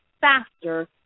faster